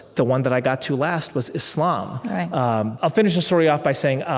the one that i got to last was islam right um i'll finish the story off by saying